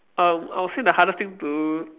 um I will say the hardest thing to